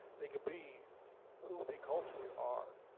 they can be who they culturally are.